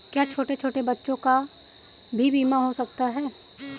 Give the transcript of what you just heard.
क्या छोटे छोटे बच्चों का भी बीमा हो सकता है?